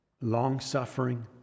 long-suffering